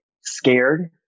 scared